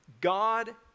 God